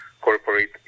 corporate